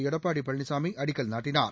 எடப்பாடி பழனிசாமி அடிக்கல் நாட்டினார்